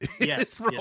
yes